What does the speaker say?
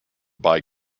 buy